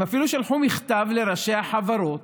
הם אפילו שלחו מכתב לראשי החברות